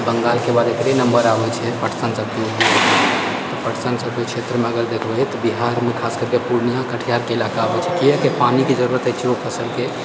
बंगालके बाद एकरे नम्बर आबैत छै पटसन पटसन सबके क्षेत्रमे अगर देखबै तऽ बिहारमे खास करिकऽ पूर्णिया कटिहारके इलाका आबैत छै किआ तऽ पानिके जरुरत होइत छै ओहि फसलके